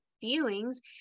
feelings